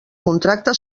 contracte